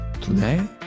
today